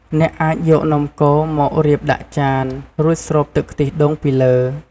អ្នកអាចយកនំកូរមករៀបដាក់ចាន រួចស្រូបទឹកខ្ទិះដូងពីលើ។